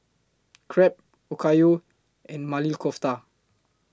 Crepe Okayu and Maili Kofta